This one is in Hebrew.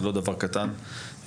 זה לא דבר קטן בכלל.